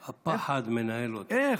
איך?